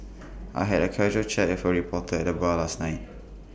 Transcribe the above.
I had A casual chat with A reporter at the bar last night